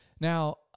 Now